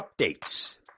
Updates